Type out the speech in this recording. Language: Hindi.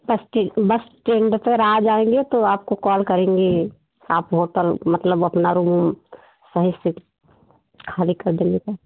बस इस्टै बस इस्टैंड चौराहा आ जाएँगे तो आपको कॉल करेंगे आप होटल मतलब अपना रूम सही से खाली कर देना